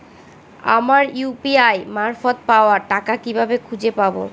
আমার ইউ.পি.আই মারফত পাওয়া টাকা কিভাবে খুঁজে পাব?